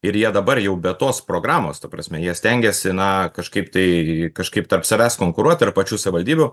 ir jie dabar jau be tos programos ta prasme jie stengiasi na kažkaip tai kažkaip tarp savęs konkuruot ir pačių savivaldybių